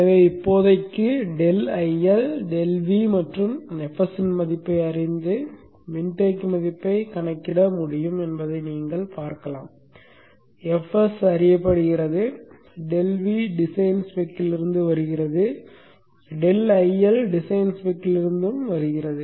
எனவே இப்போதைக்கு ∆IL ∆V மற்றும் fs இன் மதிப்பை அறிந்து மின்தேக்கி மதிப்பைக் கணக்கிட முடியும் என்பதை நீங்கள் பார்க்கலாம் fs அறியப்படுகிறது ∆V டிசைன் ஸ்பெக்கிலிருந்து வருகிறது ∆IL டிசைன் ஸ்பெக்கிலிருந்தும் வருகிறது